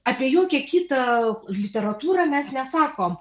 apie jokią kitą literatūrą mes nesakom